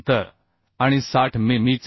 चे अंतर आणि 60 मि